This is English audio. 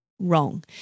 Wrong